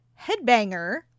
Headbanger